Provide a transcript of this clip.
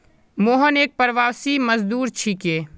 मोहन एक प्रवासी मजदूर छिके